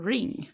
Ring